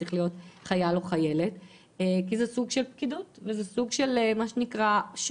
צריך להיות חייל או חיילת כי זה תפקיד פקידותי ושוב הופכים